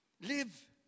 Live